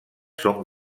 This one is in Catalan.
són